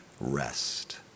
rest